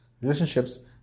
relationships